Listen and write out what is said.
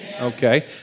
Okay